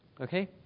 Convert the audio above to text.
Okay